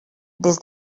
des